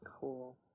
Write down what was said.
Cool